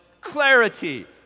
clarity